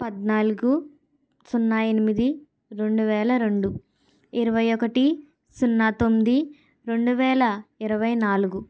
పద్నాలుగు సున్నా ఎనిమిది రెండు వేల రెండు ఇరవై ఒకటి సున్నా తొమ్మిది రెండు వేల ఇరవై నాలుగు